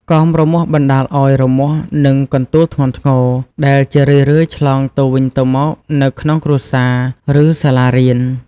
កមរមាស់បណ្តាលឱ្យរមាស់ និងកន្ទួលធ្ងន់ធ្ងរ ដែលជារឿយៗឆ្លងទៅវិញទៅមកនៅក្នុងគ្រួសារ ឬសាលារៀន។